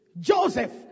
Joseph